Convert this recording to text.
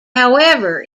however